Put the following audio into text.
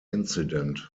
incident